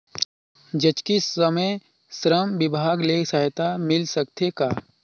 जचकी समय श्रम विभाग ले सहायता मिल सकथे का?